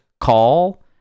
call